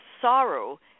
sorrow